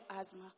asthma